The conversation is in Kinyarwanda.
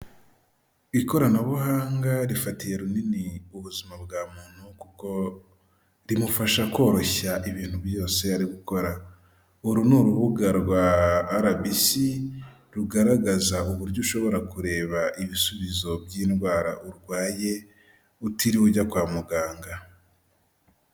Ikoranabuhanga rifatiye runini ubuzima bwa muntu kuko rimufasha koroshya ibintu byose ari gukora, uru ni urubuga rwa RBC, rugaragaza uburyo ushobora kureba ibisubizo by'indwara urwaye, utiriwe ujya kwa muganga.